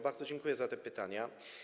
Bardzo dziękuję za te pytania.